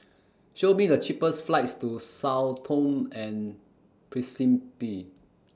Show Me The cheapest flights to Sao Tome and Principe